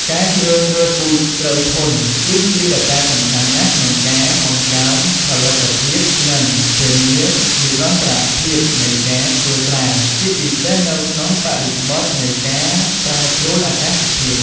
ការជ្រើសរើសពូជស្រូវធន់ គឺជាកត្តាសំខាន់ណាស់ក្នុងការបង្កើនផលិតភាព និងធានានិរន្តរភាពនៃការធ្វើស្រែ ជាពិសេសនៅក្នុងបរិបទនៃការប្រែប្រួលអាកាសធាតុ។